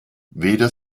weder